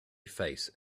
face